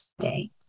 today